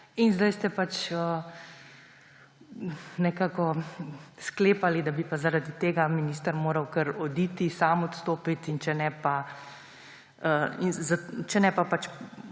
In zdaj ste pač nekako sklepali, da bi zaradi tega minister moral kar oditi, sam odstopiti, če ne pa ga